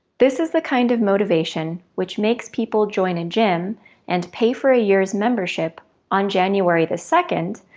this is the kind of motivation which makes people join a gym and pay for a year's membership on january the second,